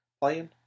playing